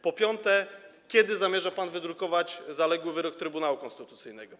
Po piąte: Kiedy zamierza pan wydrukować zaległy wyrok Trybunału Konstytucyjnego?